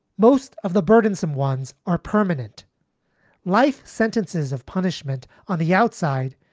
most of the burdensome ones are permanent life sentences of punishment on the outside,